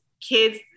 kids